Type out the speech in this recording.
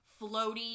floaty